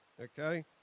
okay